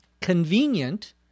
convenient